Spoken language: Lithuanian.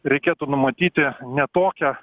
reikėtų numatyti ne tokią